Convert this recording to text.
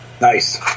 Nice